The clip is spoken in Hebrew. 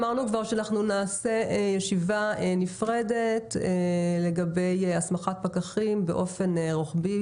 אמרנו כבר שאנחנו נעשה ישיבה נפרדת לגבי הסמכת פקחים באופן רוחבי,